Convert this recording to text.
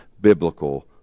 biblical